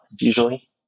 usually